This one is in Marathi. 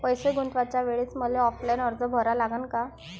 पैसे गुंतवाच्या वेळेसं मले ऑफलाईन अर्ज भरा लागन का?